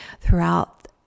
throughout